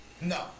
No